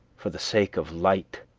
for the sake of light,